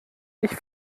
ich